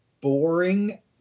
boring